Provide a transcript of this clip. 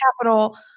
Capital